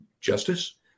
justice